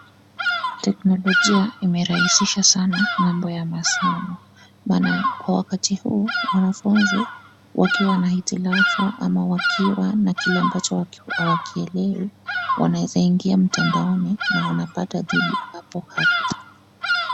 Teknolojia imerahisisha sana mambo ya masomo maana kwa wakati huu wanafunzi wakiwa na hitilafu ama wakiwa na kile ambacho hawakielewi wanaeza ingia mtandaoni na wanapata jibu hapo hapo.